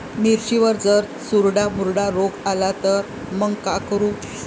मिर्चीवर जर चुर्डा मुर्डा रोग आला त मंग का करू?